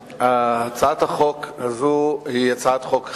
הצעת החוק הזאת היא הצעת חוק חשובה,